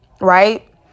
Right